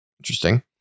interesting